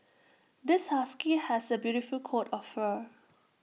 this husky has A beautiful coat of fur